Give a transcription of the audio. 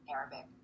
Arabic